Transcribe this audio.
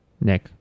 nick